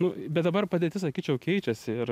nu bet dabar padėtis sakyčiau keičiasi ir